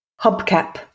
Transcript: Hubcap